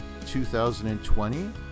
2020